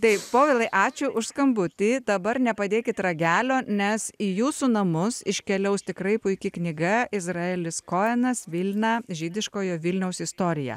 tai povilai ačiū už skambutį dabar nepadėkit ragelio nes į jūsų namus iškeliaus tikrai puiki knyga izraelis kojenas vilna žydiškojo vilniaus istoriją